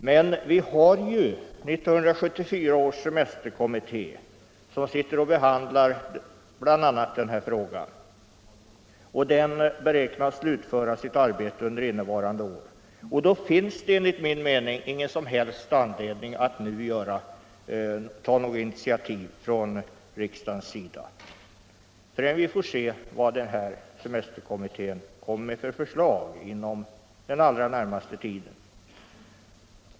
Men 1974 års semesterkommitté som bl.a. behandlar frågan beräknas slutföra sitt arbete under innevarande år, och då finns det enligt min mening ingen som helst anledning att från riksdagens sida ta några initiativ förrän vi får se vilka förslag semesterkommittén lägger fram inom den allra närmaste tiden.